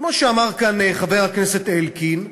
כמו שאמר כאן חבר הכנסת אלקין,